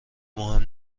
مهم